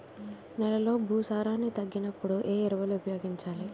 నెలలో భూసారాన్ని తగ్గినప్పుడు, ఏ ఎరువులు ఉపయోగించాలి?